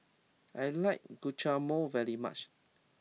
I like Guacamole very much